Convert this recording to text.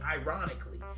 ironically